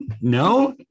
No